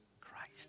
Christ